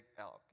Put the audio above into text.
elk